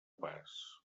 pas